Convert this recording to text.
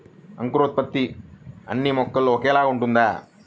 అంకురోత్పత్తి అన్నీ మొక్కల్లో ఒకేలా ఉంటుందా?